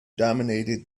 dominated